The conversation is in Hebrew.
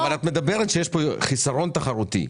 את אומרת שיש כאן חיסרון תחרותי.